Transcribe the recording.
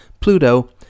Pluto